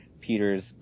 Peter's